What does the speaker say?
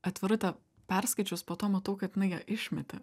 atvirutę perskaičius po to matau kad jinai ją išmetė